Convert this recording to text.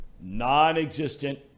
non-existent